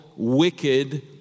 wicked